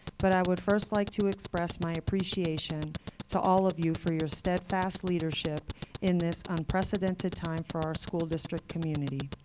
but i would first like to express my appreciation to all of you for your steadfast leadership in this unprecedented time for our school district community.